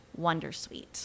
Wondersuite